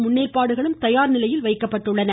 முன்னேற்பாடுகளும் தயார் நிலையில் வைக்கப்பட்டுள்ளன